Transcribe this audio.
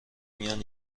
میان